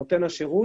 נותן השירות,